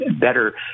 better